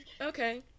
okay